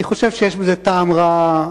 אני חושב שיש בזה טעם רע,